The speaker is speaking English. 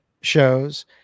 shows